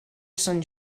sant